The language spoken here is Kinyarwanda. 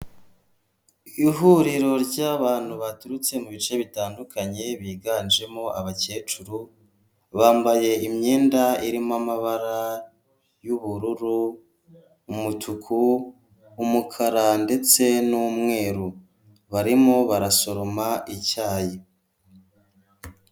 Ihuriro ry'abantu baturutse mu bice bitandukanye biganjemo abakecuru, bambaye imyenda irimo amabara y'ubururu, umutuku, umukara ndetse n'umweru, barimo barasoroma icyayi.